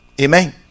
Amen